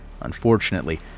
Unfortunately